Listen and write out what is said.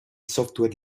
software